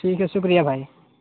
ٹھیک ہے شکریہ بھائی